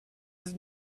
his